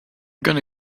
gonna